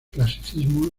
clasicismo